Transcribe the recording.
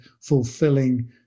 fulfilling